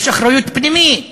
יש אחריות פנימית שלנו,